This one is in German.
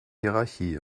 hierarchie